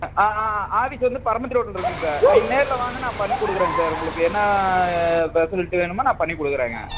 office வந்து பர்மண்ட் ரோட்ல இருக்குங்க சார் நீங்கள் நேர்ல வாங்க நான் பண்ணிக் கொடுக்கறேங்க சார் உங்களுக்கு என்ன ஃபெசிலிட்டி வேணுமோ நான் பண்ணிக் கொடுக்கறேங்க